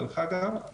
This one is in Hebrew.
דרך אגב.